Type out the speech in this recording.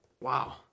Wow